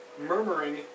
murmuring